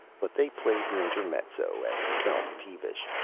but they played the intermezzo and felt peevish.